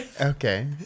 Okay